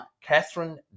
Catherine